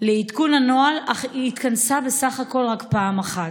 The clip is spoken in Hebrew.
לעדכון הנוהל, אך היא התכנסה בסך הכול רק פעם אחת.